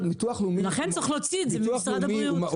לכן צריך להוציא את זה ממשרד הבריאות.